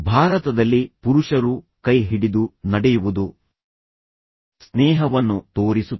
ಭಾರತದಲ್ಲಿ ಪುರುಷರು ಕೈ ಹಿಡಿದು ನಡೆಯುವುದು ಸ್ನೇಹವನ್ನು ತೋರಿಸುತ್ತದೆ